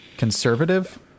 conservative